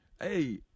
Hey